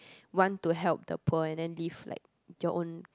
want to help the poor and then leave like your own